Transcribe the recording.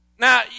Now